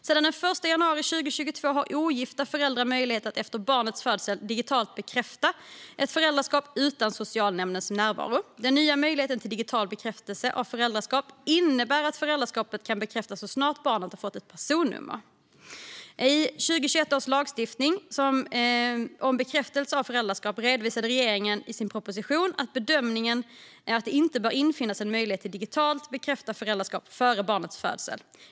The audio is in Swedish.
Sedan den 1 januari 2022 har ogifta föräldrar möjlighet att efter barnets födelse digitalt bekräfta ett föräldraskap utan socialnämndens närvaro. Den nya möjligheten till digital bekräftelse av föräldraskap innebär att föräldraskapet kan bekräftas så snart barnet har fått ett personnummer. I 2021 års lagstiftning om bekräftelse av föräldraskap redovisade regeringen i sin proposition bedömningen att det inte bör införas en möjlighet att digitalt bekräfta föräldraskap före barnets födelse.